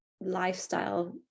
lifestyle